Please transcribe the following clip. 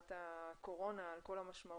תקופת הקורונה על כל המשמעויות.